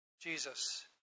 Jesus